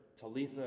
Talitha